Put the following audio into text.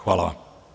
Hvala vam.